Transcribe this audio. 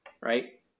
right